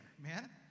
man